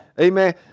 Amen